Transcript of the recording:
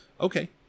Okay